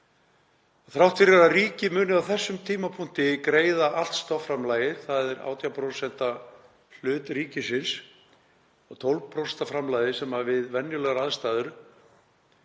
Þrátt fyrir að ríkið muni á þessum tímapunkti greiða allt stofnframlagið, þ.e. 18% hlut ríkisins og 12% af framlagi sem við venjulegar aðstæður